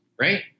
right